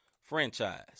franchise